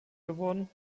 geworden